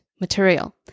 material